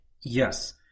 Yes